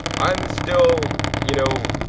i'm still you know,